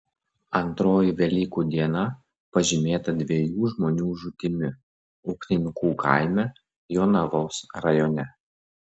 antroji velykų diena pažymėta dviejų žmonių žūtimi upninkų kaime jonavos rajone